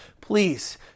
please